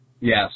Yes